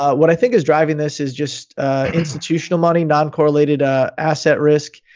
what i think is driving this is just institutional money, non-correlated ah asset risk.